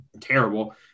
terrible